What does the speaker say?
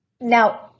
Now